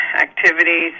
activities